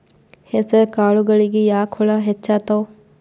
ಹೆಸರ ಕಾಳುಗಳಿಗಿ ಯಾಕ ಹುಳ ಹೆಚ್ಚಾತವ?